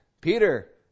Peter